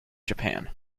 japan